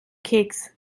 keks